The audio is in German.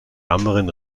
ärmeren